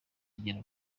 igera